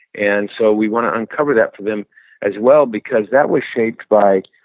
and so we want to uncover that for them as well because that was shaped by